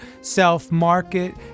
self-market